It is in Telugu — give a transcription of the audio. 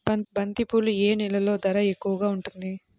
బంతిపూలు ఏ నెలలో ధర ఎక్కువగా ఉంటుంది?